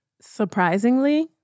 Surprisingly